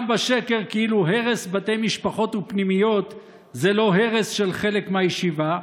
גם בשקר כאילו הרס בתי משפחות ופנימיות זה לא הרס של חלק מהישיבה,